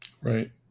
right